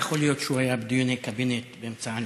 יכול להיות שהוא היה בדיוני קבינט באמצע הלילה.